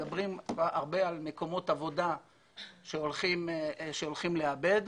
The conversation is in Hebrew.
מדברים הרבה על מקומות עבודה שהולכים לאבד אבל